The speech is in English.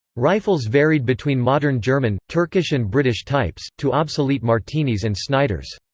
rifles varied between modern german, turkish and british types, to obsolete martinis and snyders.